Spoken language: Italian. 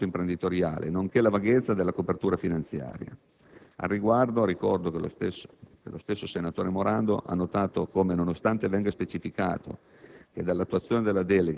la scarsa attenzione al mondo imprenditoriale nonché la vaghezza della copertura finanziaria. Al riguardo, ricordo che lo stesso senatore Morando ha notato come: «nonostante venga specificato